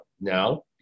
now